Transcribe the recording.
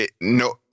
no